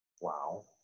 Wow